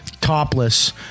topless